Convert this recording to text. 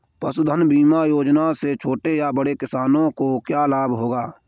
पशुधन बीमा योजना से छोटे या बड़े किसानों को क्या लाभ होगा?